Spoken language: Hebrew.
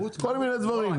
כל מיני דברים,